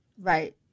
right